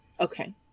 Okay